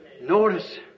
Notice